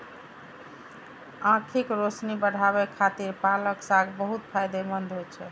आंखिक रोशनी बढ़ाबै खातिर पालक साग बहुत फायदेमंद होइ छै